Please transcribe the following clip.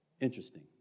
Interesting